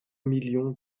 million